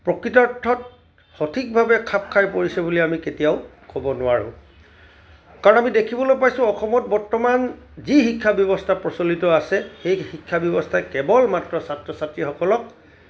প্ৰকৃতাৰ্থত সঠিকভাৱে খাপ খাই পৰিছে বুলি আমি কেতিয়াও ক'ব নোৱাৰোঁ কাৰণ আমি দেখিবলৈ পাইছো অসমত বৰ্তমান যি শিক্ষা ব্যৱস্থা প্ৰচলিত আছে সেই শিক্ষা ব্যৱস্থাই কেৱল মাত্ৰ ছাত্ৰ ছাত্ৰীসকলক